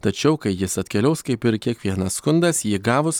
tačiau kai jis atkeliaus kaip ir kiekvienas skundas jį gavus